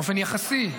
באופן יחסי,